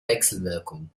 wechselwirkung